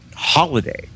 holiday